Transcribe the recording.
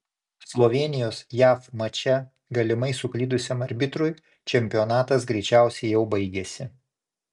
slovėnijos jav mače galimai suklydusiam arbitrui čempionatas greičiausiai jau baigėsi